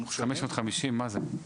נו, 550, מזה?